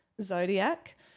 zodiac